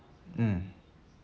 mm